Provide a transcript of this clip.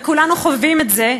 וכולנו חווים את זה,